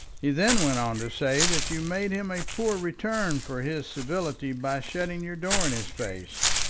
he then went on to say that you made him a poor return for his civility by shutting your door in his face,